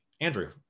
Andrew